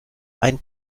ein